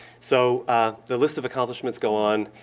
so the list of accomplishments go on.